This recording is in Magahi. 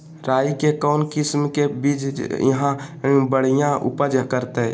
राई के कौन किसिम के बिज यहा बड़िया उपज करते?